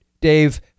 Dave